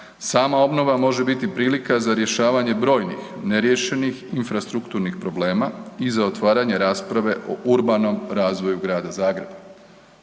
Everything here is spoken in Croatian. sama obnova može biti prilika za rješavanje brojnih neriješenih infrastrukturnih problema i za otvaranje rasprave o urbanom razvoju grada Zagreba.